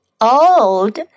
old